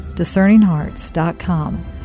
DiscerningHearts.com